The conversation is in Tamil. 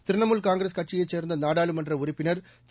திரிணமூல் காங்கிரஸ் கட்சியைச் சேர்ந்த நாடாளுமன்ற உறுப்பினர் திரு